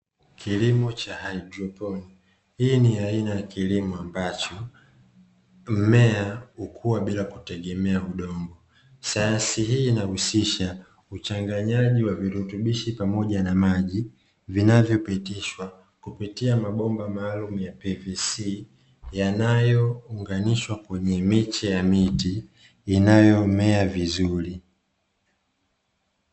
Kilimo cha haidroponi: hii ni aina ya kilimo ambacho mmea hukua bila kutegemea udongo, sayansi hii inahusisha uchanganyaji wa virutubisho pamoja na maji vinavyopitishwa kupitia mabomba maalumu ya "PVC", yanayounganishwa kwenye miche ya miti inayomea vizuri.